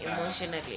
emotionally